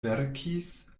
verkis